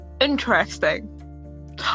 Interesting